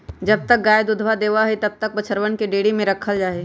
जब तक गयवा दूधवा देवा हई तब तक बछड़वन के डेयरी में रखल जाहई